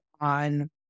on